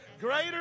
Greater